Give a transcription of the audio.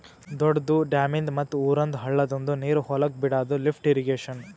ದೊಡ್ದು ಡ್ಯಾಮಿಂದ್ ಮತ್ತ್ ಊರಂದ್ ಹಳ್ಳದಂದು ನೀರ್ ಹೊಲಕ್ ಬಿಡಾದು ಲಿಫ್ಟ್ ಇರ್ರೀಗೇಷನ್